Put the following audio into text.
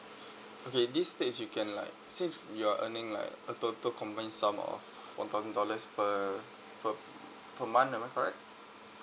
okay this states you can like since you're earning like a total combined sum of four thousand dollars per per per month am I correct